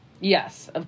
Yes